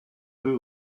peu